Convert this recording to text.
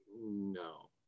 No